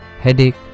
headache